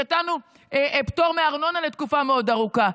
נתנו פטור מארנונה לתקופה מאוד ארוכה.